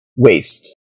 Waste